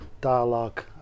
dialogue